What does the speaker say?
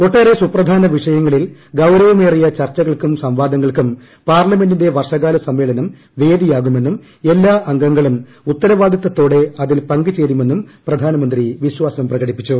ഒട്ടേറെ സുപ്രധാന വിഷയങ്ങളിൽ ഗൌരവമേറിയ ചർച്ചകൾക്കും സംവാദങ്ങൾക്കും പാർലമെന്റിന്റെ വർഷകാല സമ്മേളനം വേദിയാകുമെന്നും എല്ലാ അംഗങ്ങളും ഉത്തരവാദിത്തതോടെ അതിൽ പങ്കുചേരുമെന്നും പ്രധാനമന്ത്രി വിശ്വാസം പ്രകടിപ്പിച്ചു